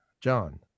John